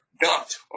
dumped